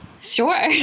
sure